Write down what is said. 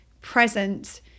present